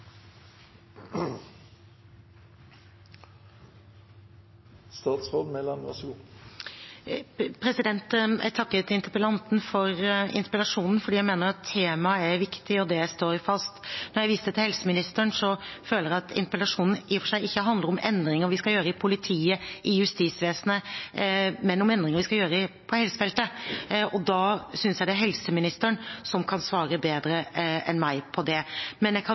viktig, og det står fast. Når jeg viste til helseministeren, var det fordi jeg føler at interpellasjonen i og for seg ikke handler om endringer vi skal gjøre i politiet, i justisvesenet, men om endringer vi skal gjøre på helsefeltet, og da synes jeg det er helseministeren som kan svare bedre enn meg på det. Men jeg kan